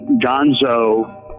gonzo